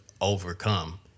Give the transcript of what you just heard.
overcome